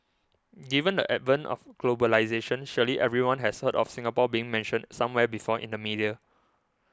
given the advent of globalisation surely everyone has heard of Singapore being mentioned somewhere before in the media